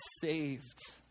saved